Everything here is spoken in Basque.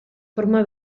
forma